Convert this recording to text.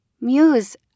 Muse